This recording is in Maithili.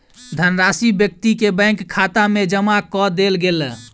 धनराशि व्यक्ति के बैंक खाता में जमा कअ देल गेल